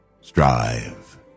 strive